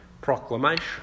proclamation